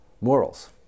Morals